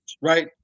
right